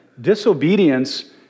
disobedience